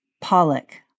Pollock